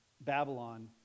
Babylon